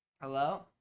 Hello